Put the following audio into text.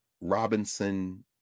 Robinson